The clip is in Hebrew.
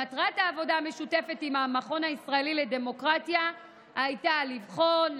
מטרת העבודה המשותפת עם המכון הישראלי לדמוקרטיה הייתה לבחון,